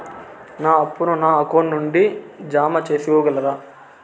నా అప్పును నా అకౌంట్ నుండి జామ సేసుకోగలరా?